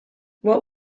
what